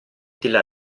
della